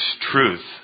truth